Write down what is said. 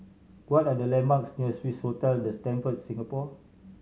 what are the landmarks near Swissotel The Stamford Singapore